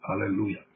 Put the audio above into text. Hallelujah